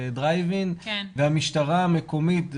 בדרייב אין והמשטרה המקומית,